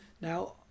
Now